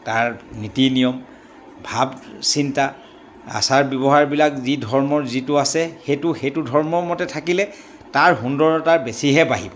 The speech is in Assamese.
তাৰ নীতি নিয়ম ভাৱ চিন্তা আচাৰ ব্যৱহাৰবিলাক যি ধৰ্মৰ যিটো আছে সেইটো সেইটো ধৰ্মৰমতে থাকিলে তাৰ সুন্দৰতা বেছিহে বাঢ়িব